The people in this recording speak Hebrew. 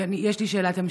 יש לי שאלת המשך.